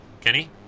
kenny